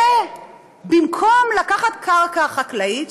ובמקום לקחת קרקע חקלאית,